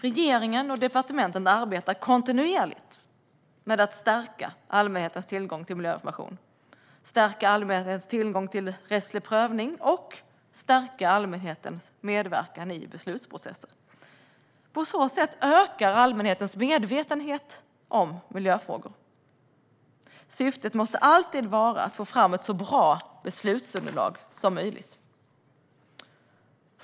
Regeringen och departementen arbetar kontinuerligt med att stärka allmänhetens tillgång till miljöinformation, tillgång till rättslig prövning och medverkan i beslutsprocesser. På så sätt ökar allmänhetens medvetenhet om miljöfrågor. Syftet måste alltid vara att få fram ett så bra beslutsunderlag som möjligt.